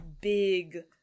big